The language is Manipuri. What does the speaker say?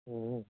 ꯑꯣ